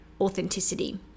authenticity